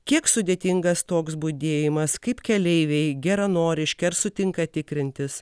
kiek sudėtingas toks budėjimas kaip keleiviai geranoriški ar sutinka tikrintis